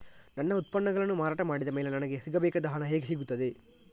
ನನ್ನ ಉತ್ಪನ್ನಗಳನ್ನು ಮಾರಾಟ ಮಾಡಿದ ಮೇಲೆ ನನಗೆ ಸಿಗಬೇಕಾದ ಹಣ ಹೇಗೆ ಸಿಗುತ್ತದೆ?